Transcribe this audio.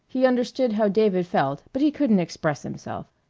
he understood how david felt, but he couldn't express himself.